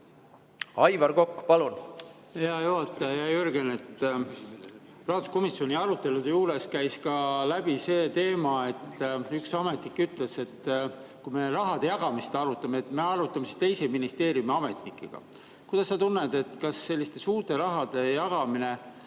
Aivar Kokk, palun!